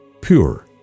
pure